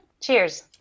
Cheers